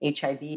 HIV